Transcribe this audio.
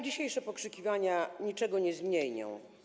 Dzisiejsze pokrzykiwania niczego nie zmienią.